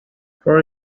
for